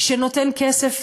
שנותן כסף